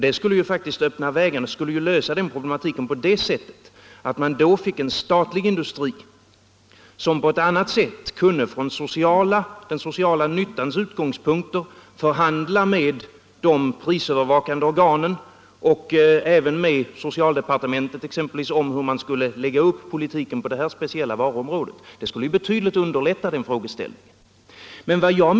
Det skulle faktiskt öppna vägen och lösa hela denna problematik, eftersom vi då fick en statlig industri som från den sociala nyttans utgångspunkt kunde förhandla med de prisövervakande organen och med socialdepartementet om hur man skall lägga upp politiken på detta speciella varuområde. Det skulle underlätta hela denna frågeställning betydligt.